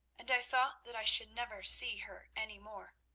and i thought that i should never see her any more.